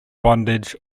bondage